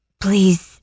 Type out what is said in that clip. Please